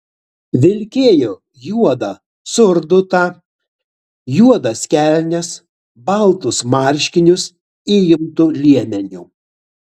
vilkėjo juodą surdutą juodas kelnes baltus marškinius įimtu liemeniu